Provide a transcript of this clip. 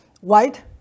White